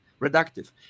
reductive